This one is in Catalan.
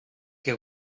que